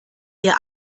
ihr